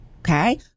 okay